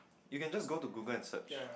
you can just go to google and search